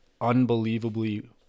unbelievably